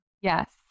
Yes